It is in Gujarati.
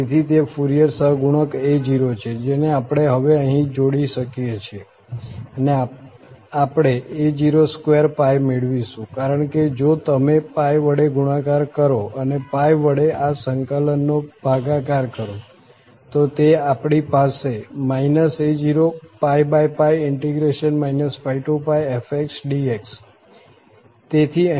તેથી તે ફુરીયર સહગુણક a0 છે જેને આપણે હવે અહીં જોડી શકીએ છીએ અને આપણે a02 મેળવીશું કારણ કે જો તમે π વડે ગુણાકાર કરો અને π વડે આ સંકલનનો ભાગાકાર કરો તો તે આપણી પાસે -a0 πfxdx